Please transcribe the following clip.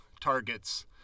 targets